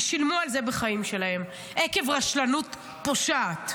ושילמו על זה בחיים שלהם עקב רשלנות פושעת.